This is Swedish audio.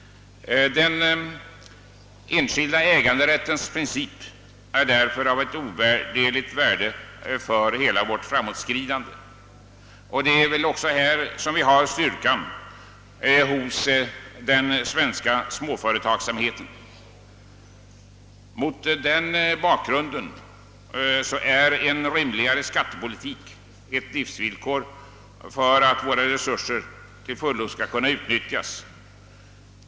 Den enskilda äganderättens prin cip är ovärderlig för vårt framåtskridande. Det är denna princip som utgör styrkan hos den svenska småföretagsamheten. Mot denna bakgrund är en rimligare skattepolitik ett livsvillkor för att våra resurser skall kunna utnyttjas till fulio.